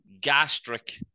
gastric